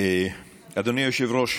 אדוני היושב-ראש,